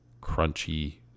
crunchy